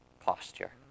posture